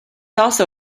also